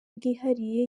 bwihariye